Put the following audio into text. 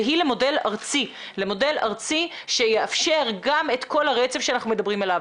והיא למודל ארצי שיאפשר גם את כל הרצף שאנחנו מדברים עליו,